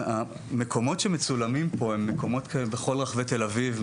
המקומות שמצולמים פה הם מקומות מכל רחבי תל אביב,